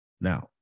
Now